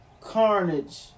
Carnage